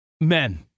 men